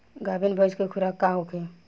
गाभिन भैंस के खुराक का होखे?